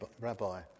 rabbi